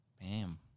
Bam